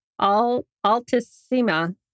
altissima